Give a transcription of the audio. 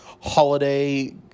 holiday